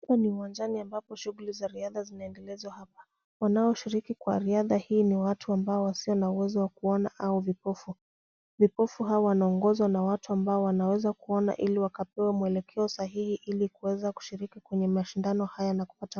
Hapa ni uwanjani ambapo shughuli za riadha zinaendelezwa hapa. Wanaoshiriki kwa riadha hii ni watu ambao wasio na uwezo wa kuona au vipofu. Vipofu hao wanaongozwa na watu ambao wanaweza kuona ili wakapewe mwekeleo sahihi ili kuweza kushiriki kwenye mashindano haya.